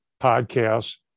podcasts